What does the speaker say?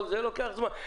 כל זה לוקח זמן.